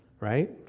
right